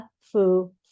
Fu